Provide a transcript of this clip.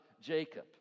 Jacob